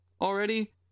already